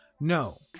No